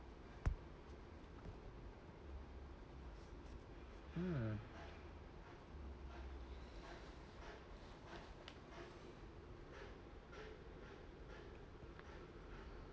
mmhmm